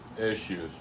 issues